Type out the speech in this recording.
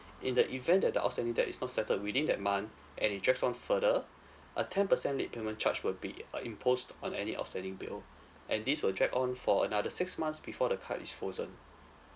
in the event that the outstanding debt is not settled within that month and it drags on further a ten percent late payment charge will be uh imposed on any outstanding bill and this will drag on for another six months before the card is frozen